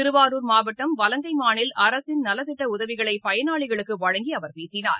திருவாருர் மாவட்டம் வலங்கைமானில் அரசின் நலத்திட்டஉதவிகளைபயனாளிகளுக்குவழங்கிஅவர் பேசினார்